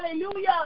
hallelujah